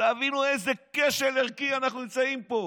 תבינו באיזה כשל ערכי אנחנו נמצאים פה.